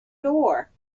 door